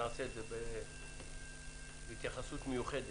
לכן נעשה את זה בהתייחסות מיוחדת.